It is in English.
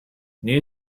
new